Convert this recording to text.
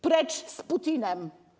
Precz z Putinem!